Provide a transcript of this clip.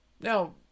Now